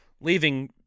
leaving